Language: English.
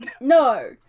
No